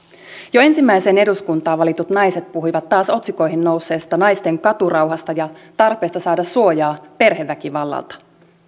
jo ensimmäiseen eduskuntaan valitut naiset puhuivat taas otsikoihin nousseesta naisten katurauhasta ja tarpeesta saada suojaa perheväkivallalta